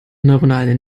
neuronale